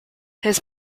his